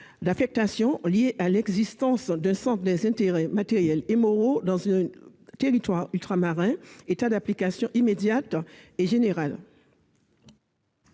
d'affectation liée à l'existence d'un centre des intérêts matériels et moraux dans un territoire ultramarin était d'application immédiate et générale.